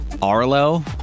Arlo